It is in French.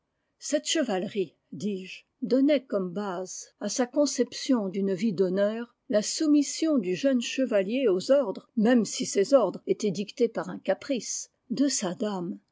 cette chevalerie dis-je donnait comme base à sa conception d'une vie d'honneur la soumission du jeune chevalier aux ordres même si ces ordres étaient dictés par un caprice de sa dame